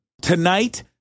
Tonight